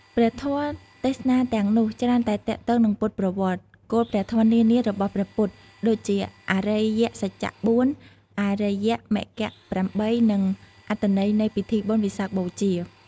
ព្រះធម៌ទេសនាទាំងនោះច្រើនតែទាក់ទងនឹងពុទ្ធប្រវត្តិ គោលព្រះធម៌នានារបស់ព្រះពុទ្ធ ដូចជាអរិយសច្ចៈ៤ អរិយមគ្គ៨ និងអត្ថន័យនៃពិធីបុណ្យវិសាខបូជា។